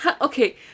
okay